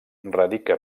radica